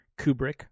Kubrick